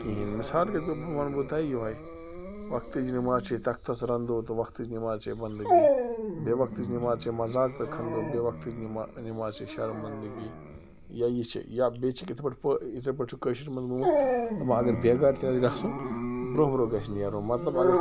کِہیٖنۍ مِثال کے طور پَر وَنہٕ بہٕ تۄہ یہوے وقتٕچۍ نیٚماز چھے تختَس رَنٛدو تہٕ وقتٕچۍ نیٚماز چھےٚ بنٛدگی بے وَقتٕچۍ نیٚماز چھے مزاق تہٕ کھَنٛدو بے وقتٕچۍ نیٚماز چھے شرمنٛدگی یا یہِ چھِ یا بیٚیہِ چھِ یتھ پٲٹھۍ پٲ یِتھٔے پٲٹھۍ چھُ کٔشیٖرِ منٛز گوٚمُت دَپان اگر بےٚ گارِ تہِ آسہِ گَژھُن برٛۄنٛہہ برٛۄنٛہہ گَژھہِ نیرُن مطلب اگر